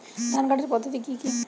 ধান কাটার পদ্ধতি কি কি?